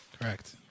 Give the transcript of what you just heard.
Correct